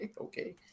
okay